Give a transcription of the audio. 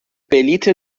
بلیت